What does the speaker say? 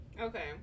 Okay